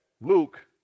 Luke